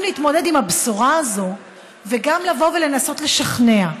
להתמודד עם הבשורה הזאת וגם לבוא ולנסות לשכנע,